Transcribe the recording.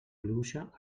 pluja